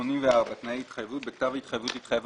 84.תנאי התחייבות בכתב התחייבות יתחייב